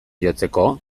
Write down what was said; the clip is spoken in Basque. jotzeko